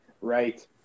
Right